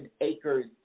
acres